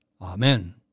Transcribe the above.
Amen